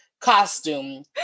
costume